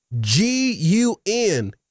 G-U-N